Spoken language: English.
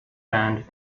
land